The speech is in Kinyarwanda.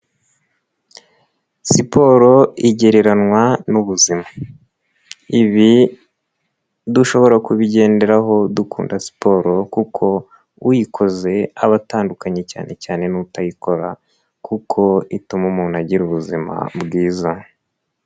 Siporo igereranywa n'ubuzima. Ibi dushobora kubigenderaho dukunda siporo kuko uyikoze aba atandukanye cyane cyane n'utayikora kuko ituma umuntu agira ubuzima bwiza.